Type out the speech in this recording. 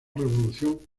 revolución